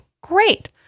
Great